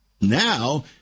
Now